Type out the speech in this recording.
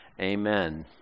Amen